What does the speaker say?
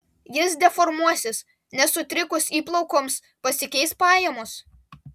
jis deformuosis nes sutrikus įplaukoms pasikeis pajamos